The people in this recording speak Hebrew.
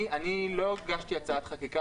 אני לא הגשתי הצעת חקיקה,